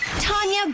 Tanya